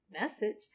Message